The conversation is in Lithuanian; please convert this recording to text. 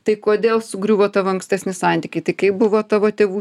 tai kodėl sugriuvo tavo ankstesni santykiai tai kaip buvo tavo tėvų